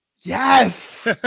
Yes